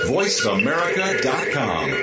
VoiceAmerica.com